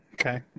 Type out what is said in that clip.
Okay